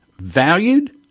valued